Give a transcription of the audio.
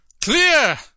Clear